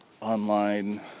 online